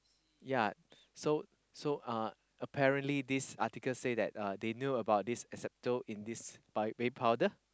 yea so so uh apparently this article say that uh they knew about this asbestos in this baby powder